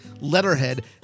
letterhead